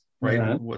right